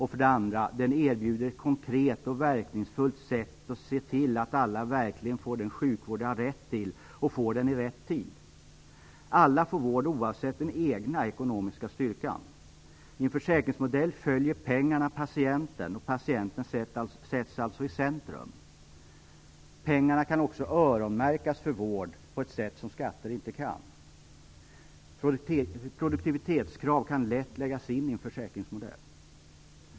För det andra erbjuder den ett konkret och verkningsfullt sätt att se till att alla verkligen får den sjukvård de har rätt till och att de får den i rätt tid. Alla får vård oavsett den egna ekonomiska styrkan. I en försäkringsmodell följer pengarna patienten, och patienten sätts alltså i centrum. Pengarna kan också öronmärkas för vård på ett sätt som skatter inte kan. Produktivitetskrav kan lätt läggas in i en försäkringsmodell.